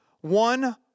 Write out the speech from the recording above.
one